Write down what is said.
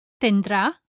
tendrá